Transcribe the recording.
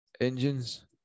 engines